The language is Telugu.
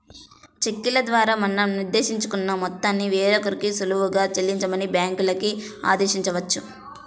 చెక్కుల ద్వారా మనం నిర్దేశించుకున్న మొత్తాన్ని వేరొకరికి సులువుగా చెల్లించమని బ్యాంకులకి ఆదేశించవచ్చు